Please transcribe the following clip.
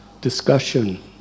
discussion